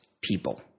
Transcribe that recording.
people